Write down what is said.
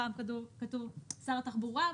פעם כתוב 'שר התחבורה',